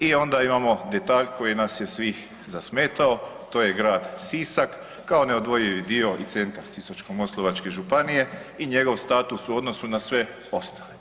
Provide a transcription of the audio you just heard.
I onda imamo detalj koji nas je svih zasmetao, to je Grad Sisak kao neodvojivi dio i centar Sisačko-moslavačke županije i njegov status u odnosu na sve ostale.